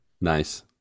Nice